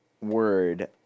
word